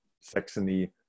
Saxony